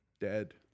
dead